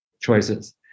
choices